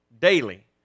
daily